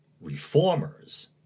reformers